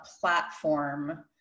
platform